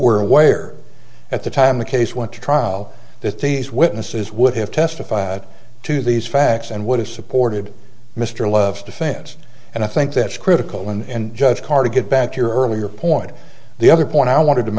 were away or at the time the case went to trial that these witnesses would have testified to these facts and would have supported mr love's defense and i think that's critical in judge car to get back to your earlier point the other point i wanted to